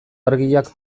argiak